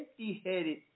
empty-headed